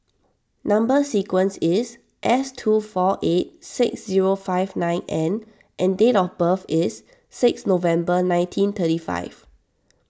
Number Sequence is S two four eight six zero five nine N and date of birth is six November nineteen thirty five